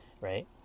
right